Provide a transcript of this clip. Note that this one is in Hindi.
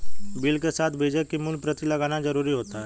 बिल के साथ बीजक की मूल प्रति लगाना जरुरी होता है